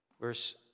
verse